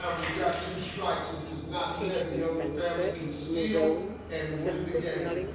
um we've got two strikes. if it's not there, the other family can steal and win the game.